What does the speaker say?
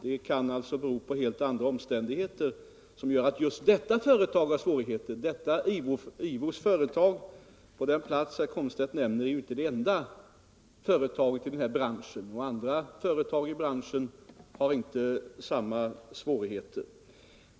Det kan således vara andra omständigheter som gör att det nu nämnda företaget har svårigheter. Ivo Food i Gärsnäs är inte det enda företaget i branschen, och andra företag i denna har inte samma svårigheter.